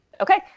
okay